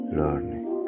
learning